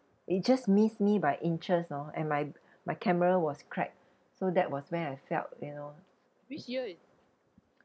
it just missed me by inches you know and my my camera was cracked so that was when I felt you know